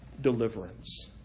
deliverance